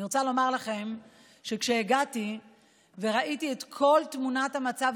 אני רוצה לומר לכם שכשהגעתי וראיתי את כל תמונת המצב